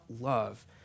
love